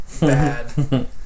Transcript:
Bad